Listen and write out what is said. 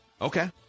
Okay